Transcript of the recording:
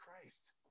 Christ